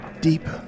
Deep